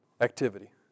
activity